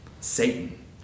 Satan